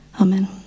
amen